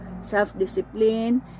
self-discipline